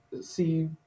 see